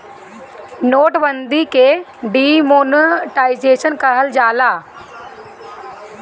note बंदी के demonetisation कहल जाला